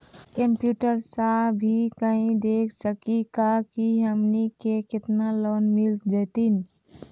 Computer सा भी कही देख सकी का की हमनी के केतना लोन मिल जैतिन?